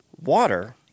water